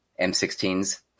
M16s